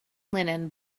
linen